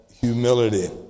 Humility